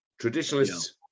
Traditionalists